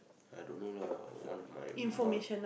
I don't know lah one of my mum